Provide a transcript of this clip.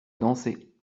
danser